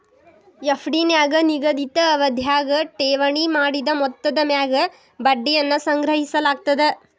FD ನ್ಯಾಗ ನಿಗದಿತ ಅವಧ್ಯಾಗ ಠೇವಣಿ ಮಾಡಿದ ಮೊತ್ತದ ಮ್ಯಾಗ ಬಡ್ಡಿಯನ್ನ ಸಂಗ್ರಹಿಸಲಾಗ್ತದ